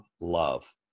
love